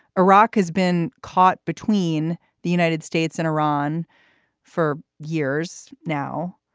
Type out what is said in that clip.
iraq has been caught between the united states and iran for years now.